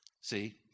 See